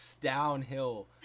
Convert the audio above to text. downhill